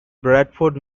bradford